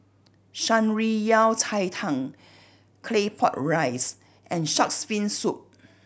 Shan Rui Yao Cai Tang Claypot Rice and Shark's Fin Soup